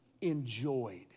enjoyed